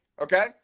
Okay